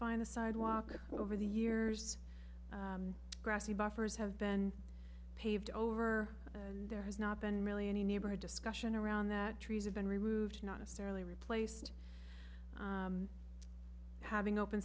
the sidewalk over the years grassy buffers have been paved over and there has not been really any neighborhood discussion around that trees have been removed not necessarily replaced having open